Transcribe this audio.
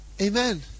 Amen